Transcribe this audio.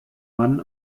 mann